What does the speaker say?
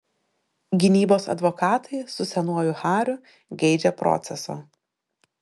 gynybos advokatai su senuoju hariu geidžia proceso